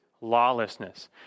lawlessness